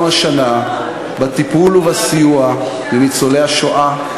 השנה בטיפול ובסיוע לניצולי השואה,